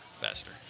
faster